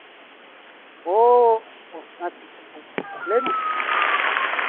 ᱳᱻ ᱟᱪᱪᱷᱟ ᱟᱪᱪᱷᱟ ᱞᱟᱹᱭ ᱢᱮ